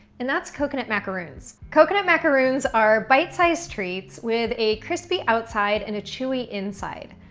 and that's coconut macaroons. coconut macaroons are bite-sized treats with a crispy outside and a chewy inside,